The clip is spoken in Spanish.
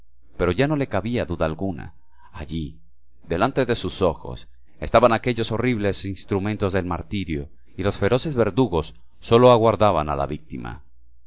pero ya no le cabía duda alguna allí delante de sus ojos estaban aquellos horribles instrumentos de martirio y los feroces verdugos sólo aguardaban a la víctima